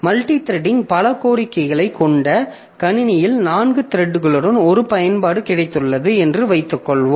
multithreading பல கோர்களைக் கொண்ட கணினியில் நான்கு த்ரெட்களுடன் ஒரு பயன்பாடு கிடைத்துள்ளது என்று வைத்துக்கொள்வோம்